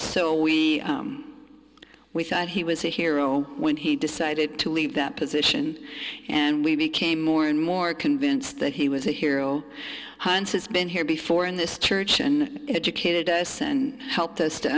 so we we thought he was a hero when he decided to leave that position and we became more and more convinced that he was a hero has been here before in this church and educated us and helped us to